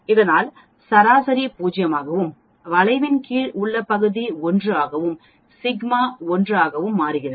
இதனால் சராசரி 0 ஆகவும் வளைவின் கீழ் உள்ள பகுதி 1 ஆகவும் சிக்மா 1 வாகவும் மாறும்